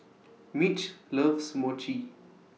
Mitch loves Mochi